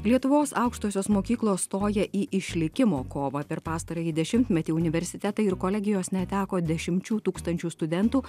lietuvos aukštosios mokyklos stoja į išlikimo kovą per pastarąjį dešimtmetį universitetai ir kolegijos neteko dešimčių tūkstančių studentų